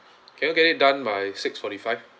can you get it done by six forty five